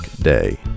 Day